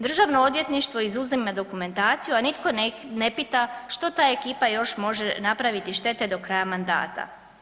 Državno odvjetništvo izuzima dokumentaciju, a nitko ne pita što ta ekipa još može napraviti štete do kraja mandata.